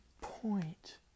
point